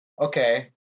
Okay